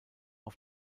auf